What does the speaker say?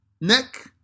neck